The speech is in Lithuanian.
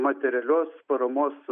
materialios paramos